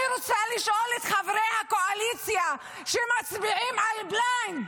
אני רוצה לשאול את חברי הקואליציה שמצביעים על בליינד,